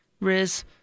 Riz